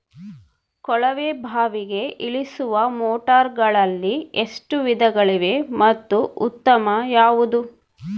ಕೊಳವೆ ಬಾವಿಗೆ ಇಳಿಸುವ ಮೋಟಾರುಗಳಲ್ಲಿ ಎಷ್ಟು ವಿಧಗಳಿವೆ ಮತ್ತು ಉತ್ತಮ ಯಾವುದು?